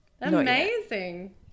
amazing